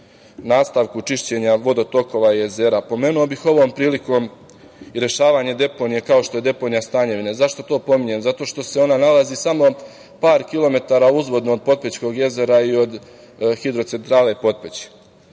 nastavku čišćenja vodotokova i jezera. Pomenuo bih ovom prilikom i rešavanje deponije, kao što je deponija Stanjevine. Zašto to pominjem? Zato što se ona nalazi samo par kilometara uzvodno od Potpećkog jezera i od hidrocentrale Potpeć.